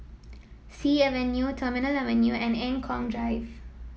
Sea Avenue Terminal Avenue and Eng Kong Drive